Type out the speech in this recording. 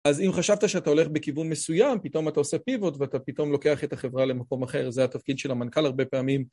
אז אם חשבת שאתה הולך בכיוון מסוים, פתאום אתה עושה פיבוט ואתה פתאום לוקח את החברה למקום אחר, זה התפקיד של המנכ"ל הרבה פעמים.